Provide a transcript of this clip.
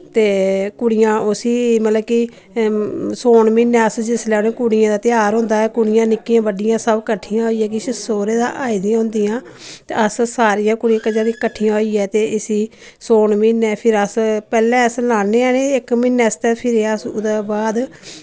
ते कुड़ियां उस्सी मतलब कि सौन म्हीनै अस जिसलै उ'नें कुड़ियें दा तेहार होंदा ऐ कुड़ियां निक्कियां बड्डियां सब कट्ठियां होइयै किश सौह्रे दा आई दियां होंदियां ते अस सारियां कुड़ी इक जगह् किट्ठियां होइयै ते इस्सी सौन म्हीनै फिर अस पैह्लें अस लान्ने आं इ'नें इक म्हीने आस्तै फिरि अस उ'दे बाद